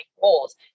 goals